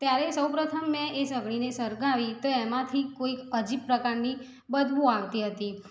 ત્યારે સૌ પ્રથમ મેં સગડીને સળગાવી તો એમાંથી કોઈક અજીબ પ્રકારની બદબૂ આવતી હતી